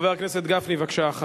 חבר הכנסת משה גפני, בבקשה.